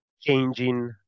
changing